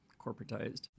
corporatized